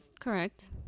Correct